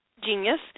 genius